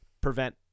prevent